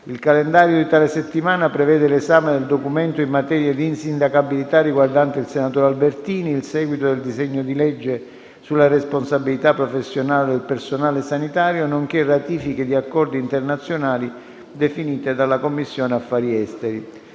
Il calendario di tale settimana prevede l'esame del documento in materia di insindacabilità riguardante il senatore Albertini, il seguito del disegno di legge sulla responsabilità professionale del personale sanitario, nonché ratifiche di accordi internazionali definite dalla Commissione affari esteri.